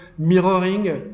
mirroring